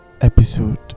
episode